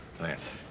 Lance